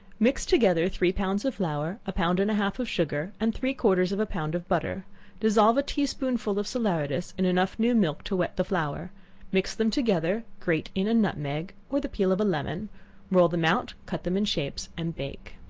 mix together three pounds of flour, a pound and a half of sugar, and three-quarters of a pound of butter dissolve a tea-spoonful of salaeratus in enough new milk to wet the flour mix them together grate in a nutmeg, or the peel of a lemon roll them out, cut them in shapes, and bake.